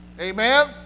Amen